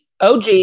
OG